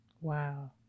Wow